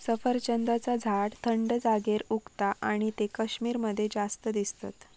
सफरचंदाचा झाड थंड जागेर उगता आणि ते कश्मीर मध्ये जास्त दिसतत